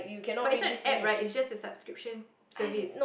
but it's not an App right it's just a subscription service